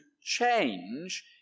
change